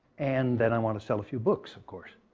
and then i want to sell a few books, of course.